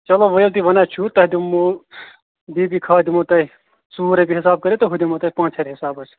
چلو وۅنۍ ییٚلہِ تُہۍ وَنان چھِوٕ تۅہہِ دِمہو بی بی کھاد دِمہو تُہۍ ژوٚوُہ رۅپیہِ حِساب کٔرِتھ تہٕ ہُہ دِمہو تۅہہِ پانٛژِ ہَتہِ حِساب حظ